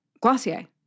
Glossier